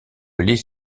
les